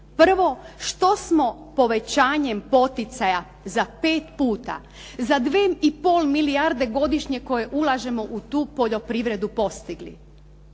Prvo, što smo povećanjem poticaja za 5 puta, za dvije i pol milijarde godišnje koje ulažemo u tu poljoprivredu postigli.